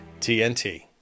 TNT